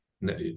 no